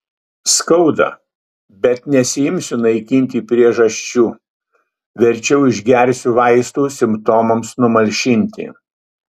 skauda bet nesiimsiu naikinti priežasčių verčiau išgersiu vaistų simptomams numalšinti